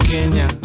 Kenya